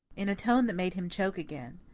in a tone that made him choke again.